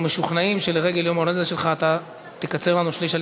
אנחנו משוכנעים שלרגל יום ההולדת שלך אתה תקצר לנו שליש על